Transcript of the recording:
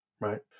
right